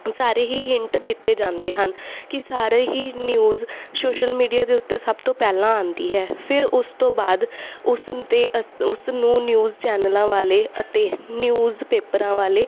ਸਾਰੇ ਹੀ ਹਿੰਟ ਦਿੱਤੇ ਜਾਂਦੇ ਹਨ ਕਿ ਸਾਰੇ ਹੀ ਨਿਊਜ਼ ਸੋਸ਼ਲ ਮੀਡੀਆ ਦੇ ਉੱਤੇ ਸਭ ਤੋਂ ਪਹਿਲਾਂ ਆਉਂਦੀ ਹੈ ਫਿਰ ਉਸ ਤੋਂ ਬਾਅਦ ਉਸ 'ਤੇ ਉਸ ਨੂੰ ਨਿਊਜ਼ ਚੈਨਲਾਂ ਵਾਲੇ ਅਤੇ ਨਿਊਜ਼ ਪੇਪਰਾਂ ਵਾਲੇ